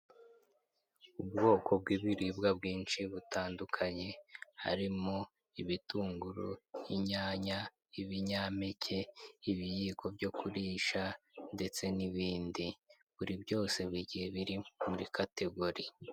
Ubwoko bw'ibiribwa bwinshi butandukanye harimo ibitunguru, inyanya ibinyampeke, ibiyiko byo kurisha ndetse n'ibindi buri byose buri gihe biri muri kategori.